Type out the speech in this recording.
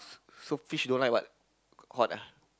so fish don't like what hot ah